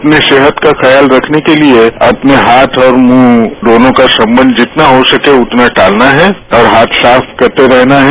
अपने सेहत का ख्याल रखने के लिए अपने हाथ और मुंह दोनों का संबंध जितना हो सके उतना टालना है और हाथ साफ करते रहना है